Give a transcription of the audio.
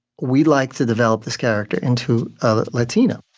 we'd like to develop this character into a latina.